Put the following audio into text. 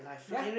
ya